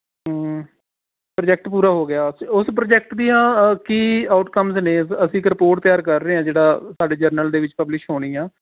project ਪੂਰਾ ਹੋ ਗਿਆ ਅਤੇ ਉਸ ਪ੍ਰੋਜੈਕਟ ਦੀਆਂ ਕੀ ਆਊਟਕਮਸ ਨੇ ਅਸੀਂ ਇੱਕ ਰਿਪੋਰਟ ਤਿਆਰ ਕਰ ਰਹੇ ਹਾਂ ਜਿਹੜਾ ਸਾਡੇ ਜਰਨਲ ਦੇ ਵਿੱਚ ਪਬਲਿਸ਼ ਹੋਣੀ ਹੈ